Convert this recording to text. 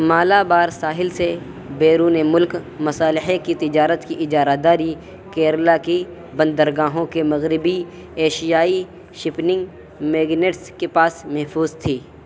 مالابار ساحل سے بیرون ملک مصالحے کی تجارت کی اجارہ داری کیرالہ کی بندرگاہوں کے مغربی ایشیائی شپنگ میگنیٹس کے پاس محفوظ تھی